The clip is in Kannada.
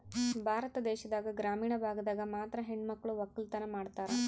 ಭಾರತ ದೇಶದಾಗ ಗ್ರಾಮೀಣ ಭಾಗದಾಗ ಮಾತ್ರ ಹೆಣಮಕ್ಳು ವಕ್ಕಲತನ ಮಾಡ್ತಾರ